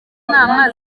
nama